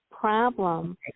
problem